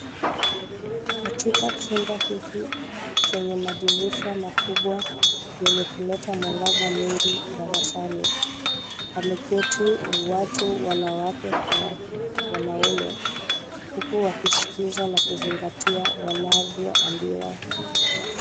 Katika chumba hiki chenye madirisha makubwa yenye kuleta mwangaza mwingi darasani, pameketi watu, wanawake kwa wanaume, huku wakisikiza na kuzingatia wanavyoambiwa.